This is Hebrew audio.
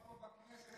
בכנסת